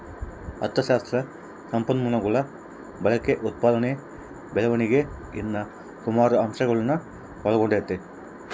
ಅಥಶಾಸ್ತ್ರ ಸಂಪನ್ಮೂಲಗುಳ ಬಳಕೆ, ಉತ್ಪಾದನೆ ಬೆಳವಣಿಗೆ ಇನ್ನ ಸುಮಾರು ಅಂಶಗುಳ್ನ ಒಳಗೊಂಡತೆ